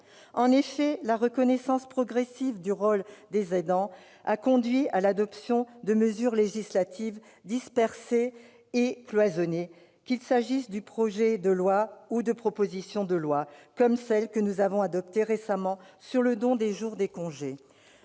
En effet, la reconnaissance progressive du rôle des aidants a conduit à l'adoption de mesures législatives dispersées et cloisonnées, qu'il s'agisse de projets de loi ou de propositions de loi, comme celle que nous avons récemment adoptée sur le don de jours de congé.